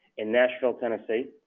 in nashville, tennessee.